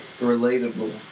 relatable